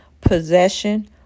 possession